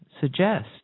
suggest